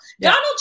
Donald